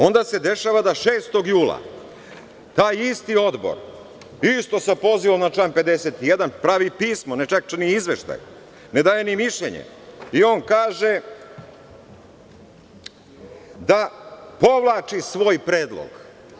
Onda se dešava da 6. jula taj isti Odbor isto se poziva na član 51, pravi pismo, ne čak ni izveštaj, ne daje ni mišljenje, i on kaže da povlači svoj predlog.